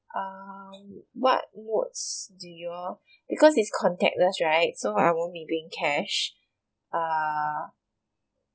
err what works do you all because it's contactless right so I won't be doing cash err